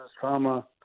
trauma